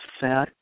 fat